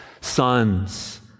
sons